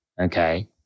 Okay